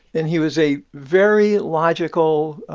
and he was a very logical,